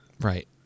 Right